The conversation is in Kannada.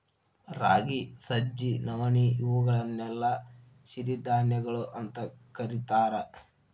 ರಾಗಿ, ಸಜ್ಜಿ, ನವಣಿ, ಇವುಗಳನ್ನೆಲ್ಲ ಸಿರಿಧಾನ್ಯಗಳು ಅಂತ ಕರೇತಾರ